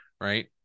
Right